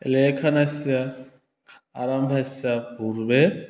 लेखनस्य आरम्भस्य पूर्वे